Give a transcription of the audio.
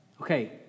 Okay